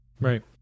Right